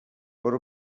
برو